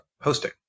hosting